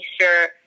sure